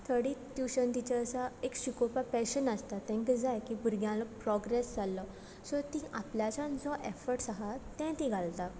थोडीं tuition teachers आसा एक शिकोवपा पेशन आसता तेंकां जाय की भुरग्यांलो प्रोग्रेस जाल्लो सो तीं आपल्याच्यान जो एफर्ट्स आहात तें तीं घालता